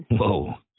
Whoa